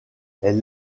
elle